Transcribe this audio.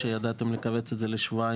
כשידעתם לכווץ את זה לשבועיים-שלושה.